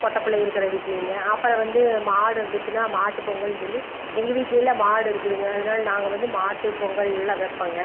பொட்டப்பிள்ள இருக்கிற வீட்டிலேங்க அப்புறம் வந்து மாடு இருந்துச்சுன்னா மாட்டு பொங்கல்னு சொல்லி எங்கள் வீட்லேலாம் மாடு இருக்குதுங்க அதனால நாங்கள் வந்து மாட்டு பொங்கலெல்லாம் வைப்பேங்க